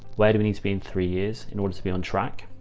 where do we need to be in three years in order to be on track,